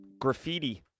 graffiti